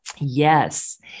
Yes